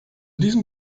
diesem